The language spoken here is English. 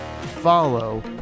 follow